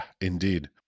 indeed